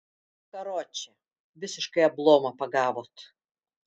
karoče visiškai ablomą pagavot